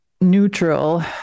neutral